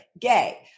gay